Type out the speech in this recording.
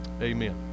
Amen